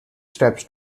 steps